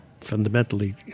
fundamentally